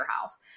house